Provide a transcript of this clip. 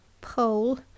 pole